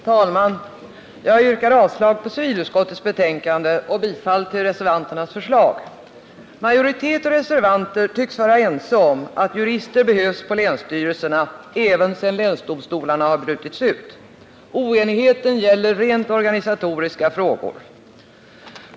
Herr talman! Jag yrkar avslag på civilutskottets betänkande nr 19 och bifall till reservanternas förslag. Majoritet och reservanter tycks vara ense om att jurister behövs på länsstyrelserna även sedan länsdomstolarna har brutits ut. Oenigheten gäller rent organisatoriska frågor.